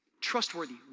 Trustworthy